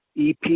EP